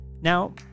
now